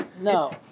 No